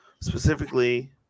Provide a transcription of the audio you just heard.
specifically